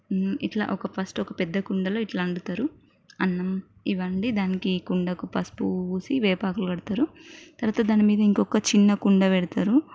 ఇట్ల ఒక ఫస్ట్ ఒక పెద్ద కుండలో ఇలా అండుతరు అన్నం ఇవి వండి దానికి కుండకు పసుపు పూసి వేపాకులు కడతారు తర్వాత దానిమీద ఇంకోక చిన్న కుండ పెడతారు